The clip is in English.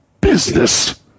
Business